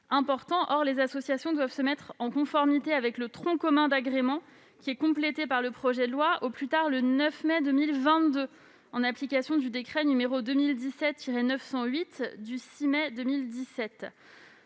importants. Or les associations doivent se mettre en conformité avec le tronc commun d'agrément qui est complété par le projet de loi au plus tard le 9 mai 2022, en application du décret n° 2017-908 du 6 mai 2017.